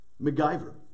MacGyver